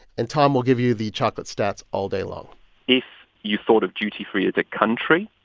and tom will give you the chocolate stats all day long if you thought of duty free as a country,